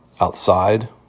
outside